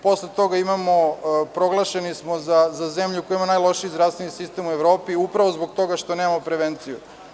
Posle toga smo proglašeni za zemlju koja ima najlošiji zdravstveni sistem u Evropi, upravo zbog toga što nemamo prevenciju.